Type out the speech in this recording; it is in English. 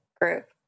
group